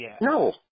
No